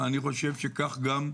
אני חושב שכך גם תמצא,